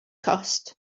cost